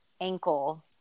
ankle